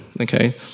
Okay